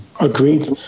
Agreed